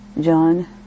John